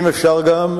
אם אפשר גם,